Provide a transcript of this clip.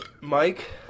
Mike